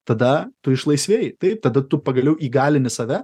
tada tu išlaisvėji taip tada tu pagaliau įgalinti save